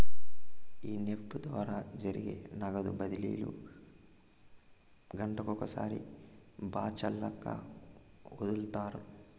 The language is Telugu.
ఈ నెఫ్ట్ ద్వారా జరిగే నగదు బదిలీలు గంటకొకసారి బాచల్లక్కన ఒదులుతారు